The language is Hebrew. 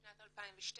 בשנת 2012